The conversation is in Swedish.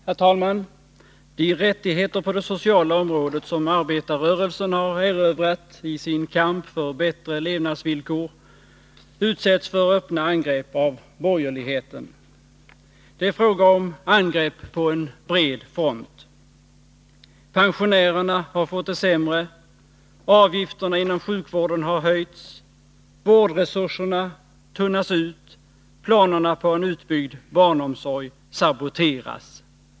Herr talman! De rättigheter på det sociala området som arbetarrörelsen har erövrat i sin kamp för bättre levnadsvillkor utsätts för öppna angrepp av borgerligheten. Det är fråga om angrepp på en bred front. Pensionärerna har fått det sämre. Avgifterna inom sjukvården har höjts. Vårdresurserna tunnas ut. Planerna på en utbyggd barnomsorg saboteras.